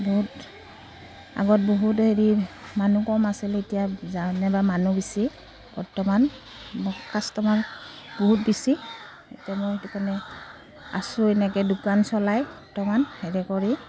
বহুত আগত বহুত হেৰি মানুহ কম আছিল এতিয়া যানিবা মানুহ বেছি বৰ্তমান কাষ্টমাৰ বহুত বেছি এতিয়া মই সেইটো কাৰণে আছো এনেকৈ দোকান চলাই বৰ্তমান হেৰি কৰি